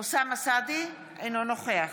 אוסאמה סעדי, אינו נוכח